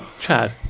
Chad